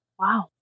Wow